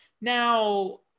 Now